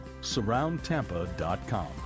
Surroundtampa.com